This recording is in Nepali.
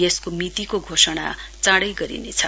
यसको मितीको घोषणा चाँडै गरिनेछ